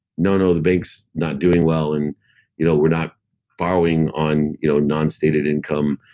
no, no, the bank's not doing well, and you know we're not borrowing on you know non-stated income,